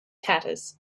tatters